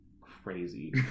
crazy